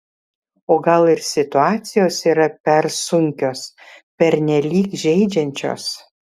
o gal ir situacijos yra per sunkios pernelyg žeidžiančios